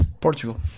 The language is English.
Portugal